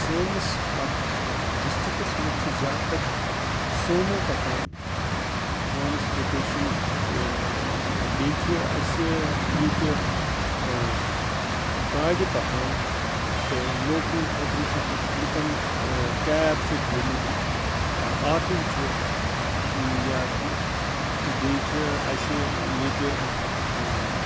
سٲنِس اتھ ڈِسٹرکَس مَنٛز چھِ زیادٕ تَر سومو پَکان ٹرانسپوٹیشَن بیٚیہِ چھِ اَسہِ یِتہِ گاڑِ پَکان تہٕ لوکلہٕ خٲطرٕ چھُ لُکَن کیب چھِ تھٲمٕتۍ آٹو چھُ یا کہِ بیٚیہِ چھِ اَسہِ